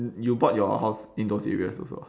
you bought your house in those areas also ah